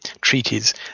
treaties